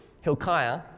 Hilkiah